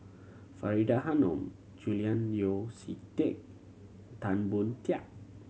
Faridah Hanum Julian Yeo See Teck Tan Boon Teik